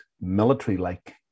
military-like